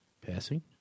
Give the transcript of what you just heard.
Passing